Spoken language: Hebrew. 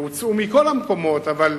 הוצאו מכל המקומות, אבל